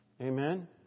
Amen